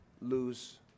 lose